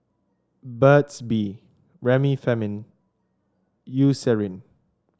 Burt's Bee Remifemin Eucerin